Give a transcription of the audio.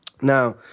Now